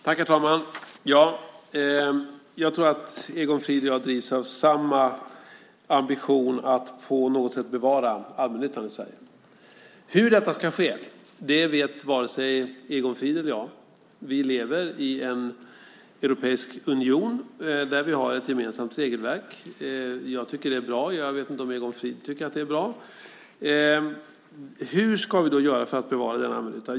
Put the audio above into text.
Herr talman! Jag tror att Egon Frid och jag drivs av samma ambition att på något sätt bevara allmännyttan i Sverige. Hur detta ska ske vet varken Egon Frid eller jag. Vi lever i en europeisk union där vi har ett gemensamt regelverk. Jag tycker att det är bra - jag vet inte om Egon Frid också tycker att det är bra. Hur ska vi då göra för att bevara allmännyttan?